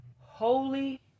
holy